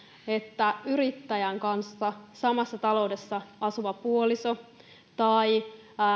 että yrittäjän kanssa samassa taloudessa asuvaa puolisoa tai